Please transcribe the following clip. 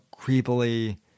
creepily